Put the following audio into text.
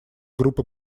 группы